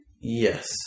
Yes